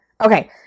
okay